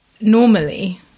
normally